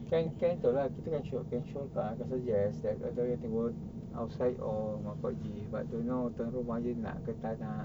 kan kan tu lah kita kena show can show can suggest that whether want to go outside or rumah kak ogi but don't know tuan rumahnya nak ke tak nak